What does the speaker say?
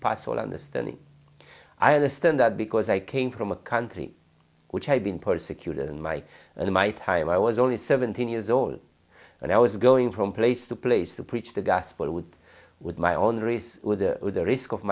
all understanding i understand that because i came from a country which had been persecuted in my in my time i was only seventeen years old and i was going from place to place the preach the gospel would with my own research with the risk of